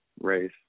race